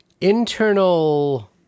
internal